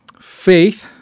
faith